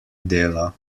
dela